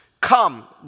Come